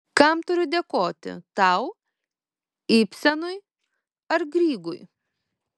kam turiu dėkoti tau ibsenui ar grygui